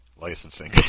licensing